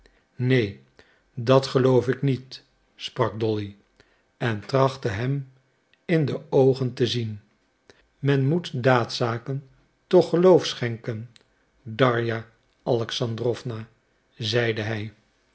neen dat geloof ik niet sprak dolly en trachtte hem in de oogen te zien men moet daadzaken toch geloof schenken darja alexandrowna zeide hij